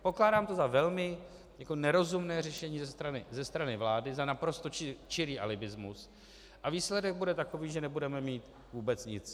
Pokládám to za velmi nerozumné řešení ze strany vlády, za naprosto čirý alibismus, a výsledek bude takový, že nebudeme mít vůbec nic.